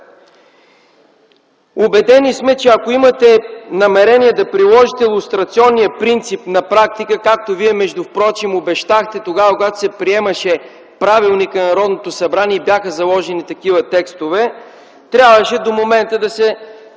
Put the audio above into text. Убедени сме, че ако имате намерение да приложите лустрационния принцип на практика – както впрочем Вие обещахте, когато се приемаше Правилникът на Народното събрание и бяха заложени такива текстове, трябваше до момента да са